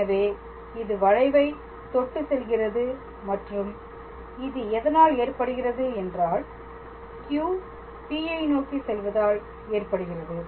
எனவே இது வளைவை தொட்டுச் செல்கிறது மற்றும் இது எதனால் ஏற்படுகிறது என்றால் Q P யை நோக்கி செல்வதால் ஏற்படுகிறது